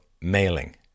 mailing